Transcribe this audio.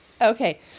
Okay